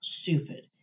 stupid